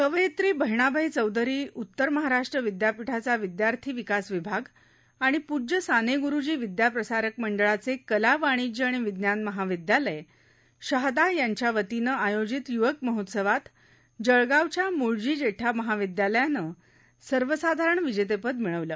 कवयित्री बहिणाबाई चौधरी उत्तर महाराष्ट्र विद्यापीठाचा विद्यार्थी विकास विभाग आणि पूज्य सानेगुरुजी विद्याप्रसारक मंडळाचे कलावाणिज्य आणि विज्ञान महाविद्यालय शहादा यांच्या संयुक्त विद्यमाने आयोजित युवक महोत्सवात जळगावच्या मुळजी जेठा महाविद्यालयानं सर्वसाधारण विजेतेपद मिळवलं